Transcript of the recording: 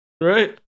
Right